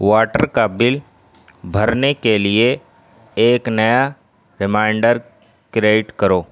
water کا bill بھرنے کے لیے ایک نیا ریمائنڈر کریٹ کرو